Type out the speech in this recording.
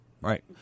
Right